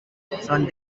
son